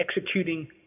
executing